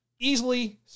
easily